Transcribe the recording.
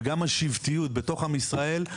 וגם השבטיות בתוך עם ישראל,